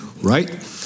Right